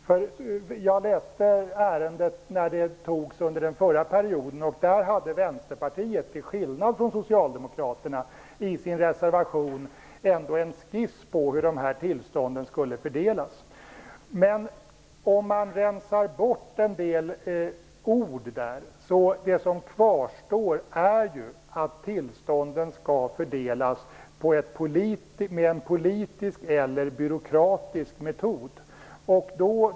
När motsvarande ärende behandlades under den föregående perioden hade Vänsterpartiet till skillnad från Socialdemokraterna i sin reservation ändå en skiss till hur tillstånden skulle fördelas. Men om man rensar bort en del ord i denna kvarstår att tillstånden skall fördelas med en politisk eller byråkratisk metod.